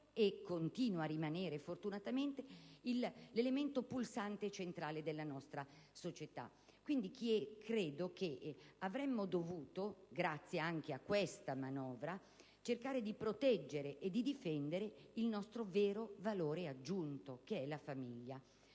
e continua a rimanere fortunatamente l'elemento pulsante e centrale della nostra società. Quindi, credo che avremmo dovuto, grazie anche a questa manovra, cercare di proteggere e difendere il nostro vero valore aggiunto, che è la famiglia.